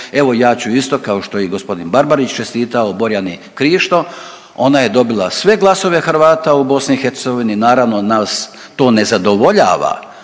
Evo ja ću isto kao što je gospodin Barbarić čestitao Borjani Krišto, ona je dobila sve glasove Hrvata u BiH, naravno nas to ne zadovoljava